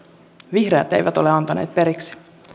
vihreät eivät ole antaneet periksi